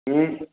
ହୁଁ